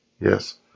Yes